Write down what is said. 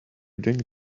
doing